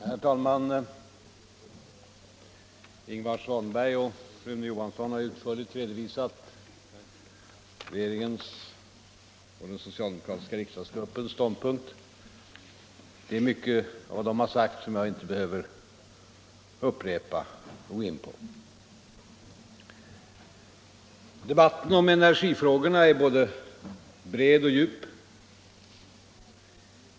Herr talman! Ingvar Svanberg och Rune Johansson har utförligt redovisat regeringens och den socialdemokratiska riksdagsgruppens ståndpunkt. Det är mycket av vad de sagt som jag inte behöver gå in på. Debatten om energifrågorna är både bred och djup.